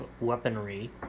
weaponry